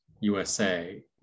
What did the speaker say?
USA